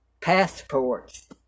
passports